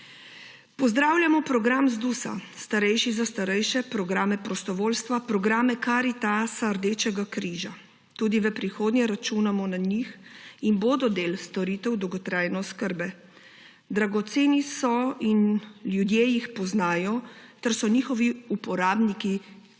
Pozdravljamo program ZDUS-a Starejši za starejše, programe prostovoljstva, programe Karitasa, Rdečega križa. Tudi v prihodnje računamo na njih in bodo del storitev dolgotrajne oskrbe. Dragoceni so in ljudje jih poznajo ter so njihovi uporabniki